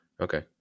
Okay